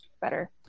better